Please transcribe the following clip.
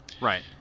right